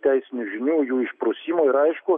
teisinių žinių jų išprusimo ir aišku